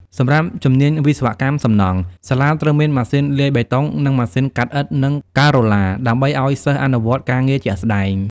សម្រាប់ជំនាញ វិស្វកម្មសំណង់ សាលាត្រូវការ ម៉ាស៊ីនលាយបេតុង និង ម៉ាស៊ីនកាត់ឥដ្ឋនិងការ៉ូឡា ដើម្បីឱ្យសិស្សអនុវត្តការងារជាក់ស្តែង។